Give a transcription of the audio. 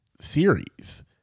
series